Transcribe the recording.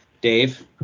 Dave